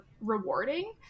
rewarding